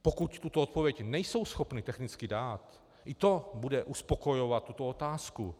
Pokud tuto odpověď nejsou schopni technicky dát, i to bude uspokojovat tuto otázku.